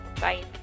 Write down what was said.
Bye